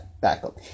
backup